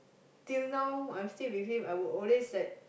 till now I'm still with him I would always like